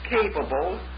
capable